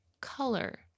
color